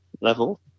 level